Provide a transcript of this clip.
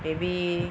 maybe